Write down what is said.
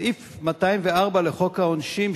בסעיף 204 לחוק העונשין,